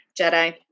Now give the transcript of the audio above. jedi